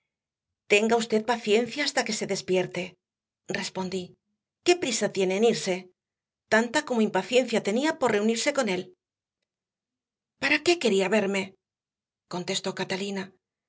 tenga usted paciencia hasta que se despierte respondí qué prisa tiene en irse tanta como impaciencia tenía por reunirse con él para qué quería verme contestó catalina